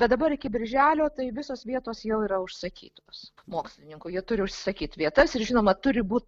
bet dabar iki birželio tai visos vietos jau yra užsakytos mokslininkų jie turi užsisakyt vietas ir žinoma turi būt